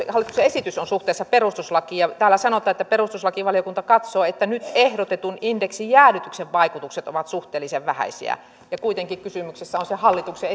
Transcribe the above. hallituksen esitys on suhteessa perustuslakiin täällä sanotaan että perustuslakivaliokunta katsoo että nyt ehdotetun indeksijäädytyksen vaikutukset ovat suhteellisen vähäisiä ja kuitenkin kysymyksessä on se hallituksen